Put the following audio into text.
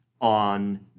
on